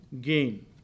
gain